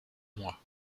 mois